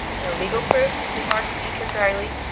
no legal proof? remarked paynter dryly.